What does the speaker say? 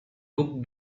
book